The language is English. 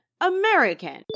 American